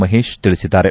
ಮಹೇಶ್ ತಿಳಿಸಿದ್ದಾರೆ